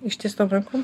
ištiestom rankom